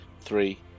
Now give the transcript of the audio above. three